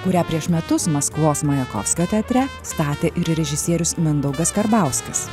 kurią prieš metus maskvos majakovskio teatre statė ir režisierius mindaugas karbauskis